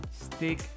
stick